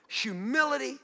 humility